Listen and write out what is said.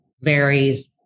varies